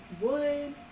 wood